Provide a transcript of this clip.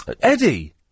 Eddie